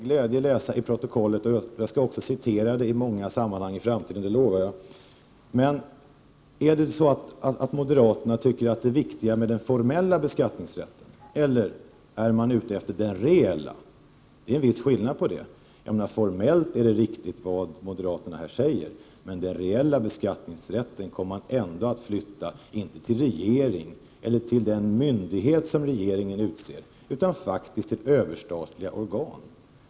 Herr talman! Jag skall med glädje läsa protokollet och citera det i många sammanhang i framtiden — det lovar jag. Är det så att moderaterna tycker att det är viktigare med den formella beskattningsrätten, eller är de ute efter den reella? Det är en viss skillnad. Formellt är det som moderaterna här säger riktigt, men den reella beskattningsrätten kommer ändå att flyttas, inte till regeringen eller till den myndighet som regeringen utser, utan till överstatliga organ.